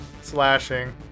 Slashing